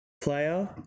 player